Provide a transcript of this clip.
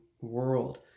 World